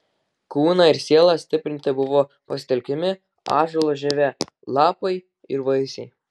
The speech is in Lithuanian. kūną ir sielą stiprinti buvo pasitelkiami ąžuolo žievė lapai ir vaisiai